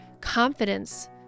confidence